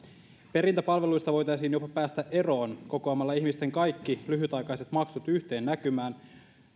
perintäpalveluista voitaisiin jopa päästä eroon kokoamalla ihmisten kaikki lyhytaikaiset maksut yhteen näkymään